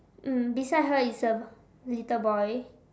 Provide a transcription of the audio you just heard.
mm beside her is a little boy